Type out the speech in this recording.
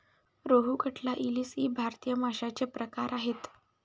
रोहू, कटला, इलीस इ भारतीय माशांचे प्रकार आहेत